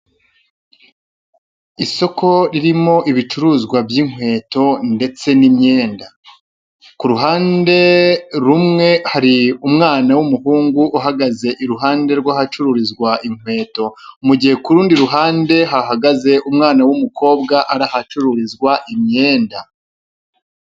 Isoko ririmo ibicuruzwa by'inkweto ndetse n'imyenda ku ruhande rumwe hari umwana w'umuhungu uhagaze iruhande rw'ahacururizwa inkweto, mu gihe ku rundi ruhande hahagaze umwana w'umukobwa ari ahacururizwa imyenda.